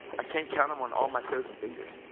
i can't count them on all my toes and fingers.